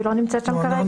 היא לא נמצאת שם כרגע,